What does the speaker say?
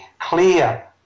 clear